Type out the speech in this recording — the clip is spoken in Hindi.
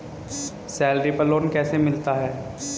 सैलरी पर लोन कैसे मिलता है?